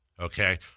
okay